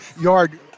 yard